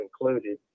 included